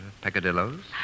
peccadilloes